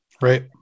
Right